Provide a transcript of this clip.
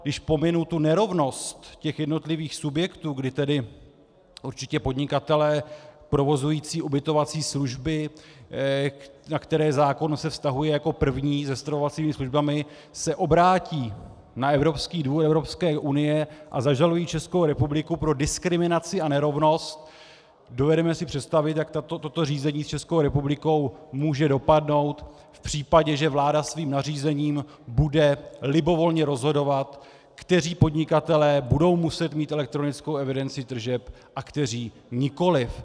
Když pominu nerovnost jednotlivých subjektů, kdy určití podnikatelé provozující ubytovací služby, na které se zákon vztahuje jako první se stravovacími službami, se obrátí na Evropský dvůr Evropské unie a zažalují Českou republiku pro diskriminaci a nerovnost, dovedeme si představit, jak toto řízení s Českou republikou může dopadnout v případě, že vláda svým nařízením bude libovolně rozhodovat, kteří podnikatelé budou muset mít elektronickou evidenci tržeb a kteří nikoliv.